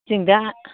जों दा